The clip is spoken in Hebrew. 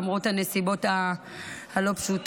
למרות הנסיבות הלא-פשוטות,